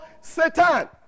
Satan